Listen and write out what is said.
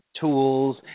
tools